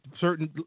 certain